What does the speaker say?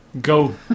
go